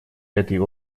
этой